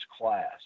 class